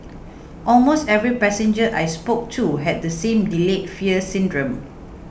almost every passenger I spoke to had the same delayed fear syndrome